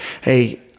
Hey